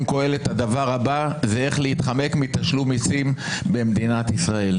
קהלת הדבר הבא זה איך להתחמק מתשלום מיסים במדינת ישראל?